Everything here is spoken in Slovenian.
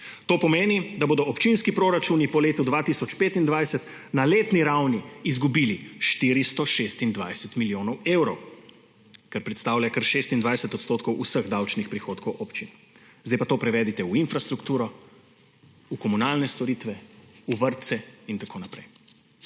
To pomeni, da bodo občinski proračuni po letu 2025 na letni ravni izgubili 426 milijonov evrov, kar predstavlja kar 26 odstotkov vseh davčnih prihodkov občin. Zdaj pa to prevedite v infrastrukturo, v komunalne storitve, v vrtce in tako naprej.